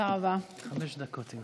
בבקשה, חמש דקות.